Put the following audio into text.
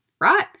right